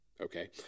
okay